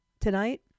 tonight